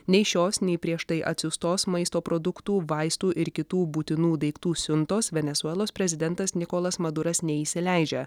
nei šios nei prieš tai atsiųstos maisto produktų vaistų ir kitų būtinų daiktų siuntos venesuelos prezidentas nikolas maduras neįsileidžia